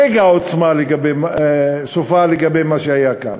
מגה-סופה לגבי מה שהיה כאן.